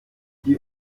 die